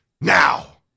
now